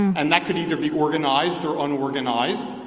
and that could either be organized or unorganized.